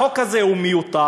החוק הזה הוא מיותר.